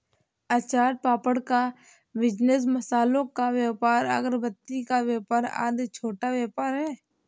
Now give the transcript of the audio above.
अचार पापड़ का बिजनेस, मसालों का व्यापार, अगरबत्ती का व्यापार आदि छोटा व्यापार है